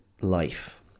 life